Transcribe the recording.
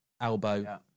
elbow